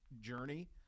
journey